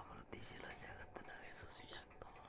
ಅಭಿವೃದ್ಧಿಶೀಲ ಜಗತ್ತಿನಾಗ ಯಶಸ್ವಿಯಾಗ್ತವ